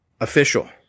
official